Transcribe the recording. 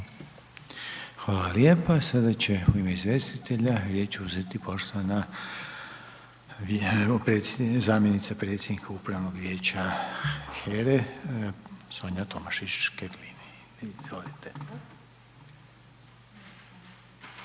Hvala lijepo. Sada će u ime izvjestitelja riječ uzeti poštovana zamjenica predsjednika upravnog vijeća HERA-e Sonja Tomašić Škevin, izvolite.